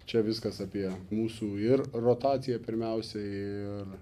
čia viskas apie mūsų ir rotaciją pirmiausiai ir